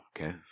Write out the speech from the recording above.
okay